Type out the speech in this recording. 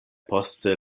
poste